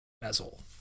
bezel